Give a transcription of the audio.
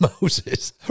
Moses